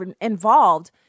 involved